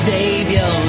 Savior